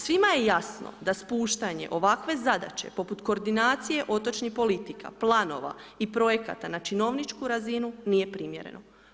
Svima je jasno da spuštanje ovakve zadaće poput koordinacije otočnih politika, planova i projekata na činovničku razinu, nije primjereno.